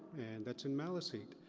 that's in maliseet.